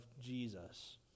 Jesus